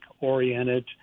oriented